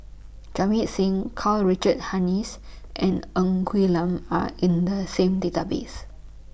Jamit Singh Karl Richard Hanitsch and Ng Quee Lam Are in The same Database